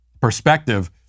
perspective